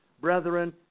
brethren